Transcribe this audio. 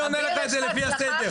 אני עונה לך את זה לפי הסדר.